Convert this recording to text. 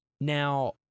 now